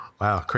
Wow